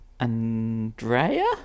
Andrea